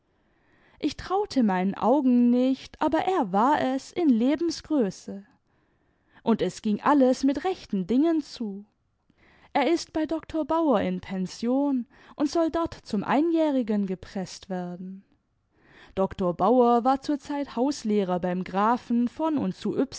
ich traute meinen augen nicht aber er war es in lebensgröße und es ging alles mit rechten dingen zu er ist bei doktor bauer in pension und soll dort zum einjährigen gepreßt werden doktor bauer war zurzieit hauslehrer beim grafen von und zu